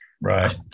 right